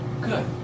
good